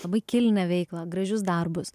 labai kilnią veiklą gražius darbus